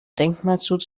denkmalschutz